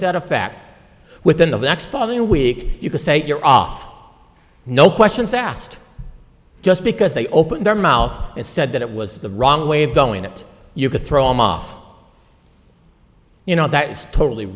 to that effect within the next week you can say you're off no questions asked just because they opened their mouth and said that it was the wrong way of going that you could throw him off you know that is totally